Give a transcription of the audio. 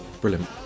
Brilliant